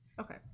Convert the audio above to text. okay